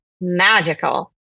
magical